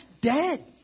dead